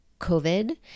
COVID